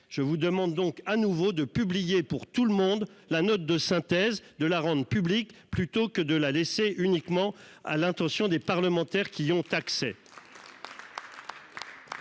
Je vous demande donc à nouveau de publier pour tout le monde. La note de synthèse de la rende. Plutôt que de la laisser uniquement à l'intention des parlementaires qui ont accès.